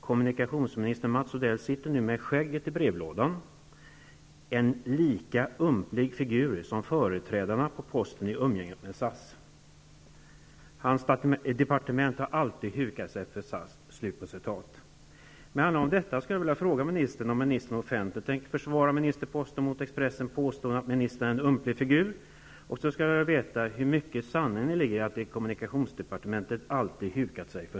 Kommunikationsminister Mats Odell sitter nu med skägget i brevlådan -- en lika ömklig figur som företrädarna på posten i umgänget med SAS. Hans departement har alltid hukat för SAS.'' Med anledning av detta skulle jag vilja fråga om kommunikationsministern offentligt tänker försvara sig mot Expressens påstående att han är en ömklig figur. Och så skulle jag vilja veta hur mycket sanning det ligger i att kommunikationsdepartementet alltid hukat sig för